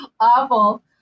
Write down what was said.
awful